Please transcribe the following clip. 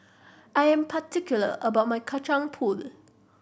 I'm particular about my Kacang Pool